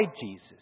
Jesus